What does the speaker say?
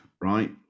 right